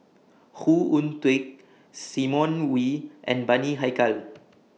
Khoo Oon Teik Simon Wee and Bani Haykal